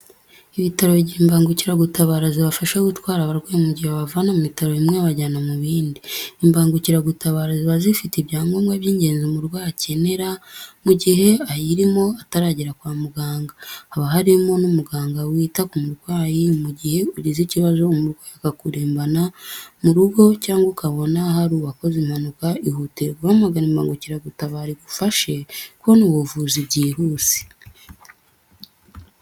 Ibitaro bigira imbangukiragutabara zibafasha gutwara abarwayi mu gihe babavana mu bitaro bimwe babajyana mu bindi, imbangukiragutabara ziba zifite ibyangobwa by'ingenzi umurwayi akenera mu gihe ayirimo ataragera kwa muganga, haba harimo n'umuganga wita ku murwayi, mu gihe ugize ikibazo umurwayi akakurembana mu rugo cyangwa ukabona hari uwakoze impanuka ihutire guhamagara imbagukiragutabara igufashe kubona ubuvuzi byihuse.